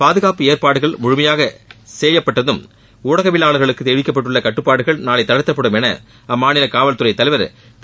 பாதுகாப்பு ஏற்பாடுகள் முழுமையாக செய்யப்பட்டதும் ஊடகவியலாளர்களுக்கு விதிக்கப்பட்டுள்ள கட்டுப்பாடுகள் நாளை தளர்த்தப்படும் என அம்மாநில காவல்துறை தலைவர் திரு